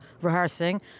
rehearsing